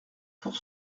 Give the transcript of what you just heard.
pour